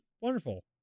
Wonderful